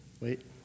Wait